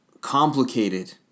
complicated